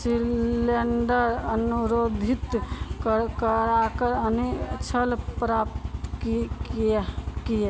cylinder अनुरोधित कर करा कर आनि छल प्राप्त की की किए